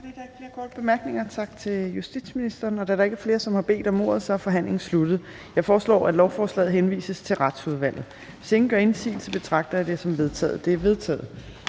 tak til justitsministeren. Da der ikke er flere, der har bedt om ordet, er forhandlingen sluttet. Jeg foreslår, at lovforslaget henvises til Retsudvalget. Hvis ingen gør indsigelse, betragter jeg det som vedtaget. Det er vedtaget.